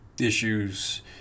issues